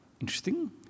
interesting